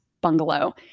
bungalow